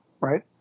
right